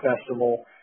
festival